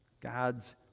God's